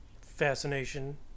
fascination